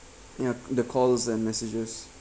yup the calls and messages